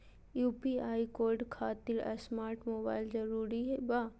UPI code खातिर smart mobile जरूरी बा?